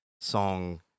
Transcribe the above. song